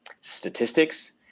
statistics